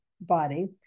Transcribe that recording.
body